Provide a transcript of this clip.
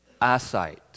eyesight